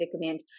recommend